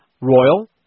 Royal